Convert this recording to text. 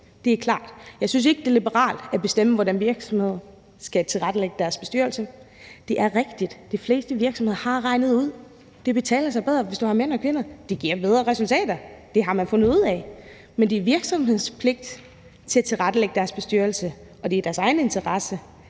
Det er klart. Jeg synes ikke, det er liberalt at bestemme, hvordan virksomheder skal tilrettelægge deres bestyrelse. Det er rigtigt, at de fleste virksomheder har regnet ud, at det bedre betaler sig, hvis du har mænd og kvinder. Det giver bedre resultater. Det har man fundet ud af. Men det er virksomhedens pligt at tilrettelægge deres bestyrelse, og det er i deres egen interesse